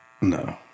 No